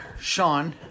Sean